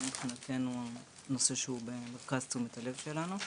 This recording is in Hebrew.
מבחינתנו נושא שהוא במרכז תשומת הלב שלנו.